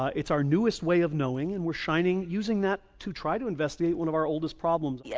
ah it's our newest way of knowing and we're shining. using that to try to investigate one of our oldest problems. yeah